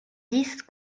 dix